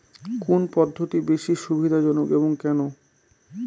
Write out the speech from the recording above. কোন পদ্ধতি বেশি সুবিধাজনক এবং কেন?